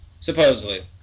Supposedly